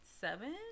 seven